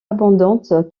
abondante